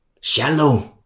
Shallow